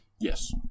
Yes